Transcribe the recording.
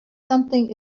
something